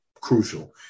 crucial